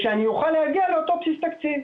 כדי שאוכל להגיע לאותו בסיס תקציב.